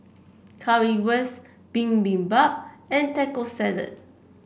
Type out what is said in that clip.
Currywurst Bibimbap and Taco Salad